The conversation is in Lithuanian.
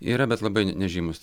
yra bet labai nežymūs